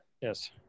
yes